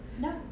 No